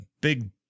big